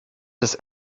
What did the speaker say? des